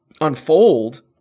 unfold